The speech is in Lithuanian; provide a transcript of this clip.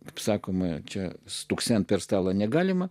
kaip sakoma čia stuksenti per stalą negalima